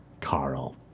Carl